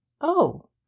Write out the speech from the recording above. Oh